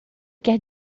quer